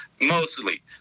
mostly